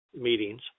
meetings